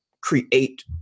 create